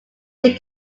they